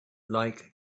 like